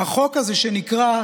החוק הזה שנקרא: